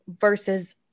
versus